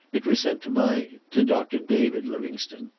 it was sent to my to doctor david livingstone.